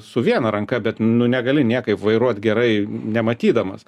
su viena ranka bet nu negali niekaip vairuot gerai nematydamas